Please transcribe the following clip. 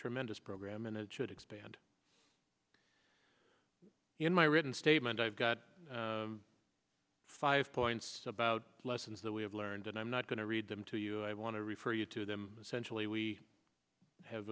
tremendous program and it should expand in my written statement i've got five points about lessons that we have learned and i'm not going to read them to you i want to refer you to them centrally we have